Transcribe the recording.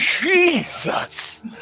Jesus